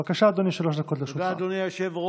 בבקשה, אדוני, שלוש דקות לרשותך.